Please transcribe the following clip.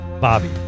Bobby